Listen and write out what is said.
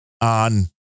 on